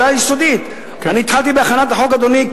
להגן על האזרח ולמנוע שקרינה תלך לאוזניים